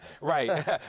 right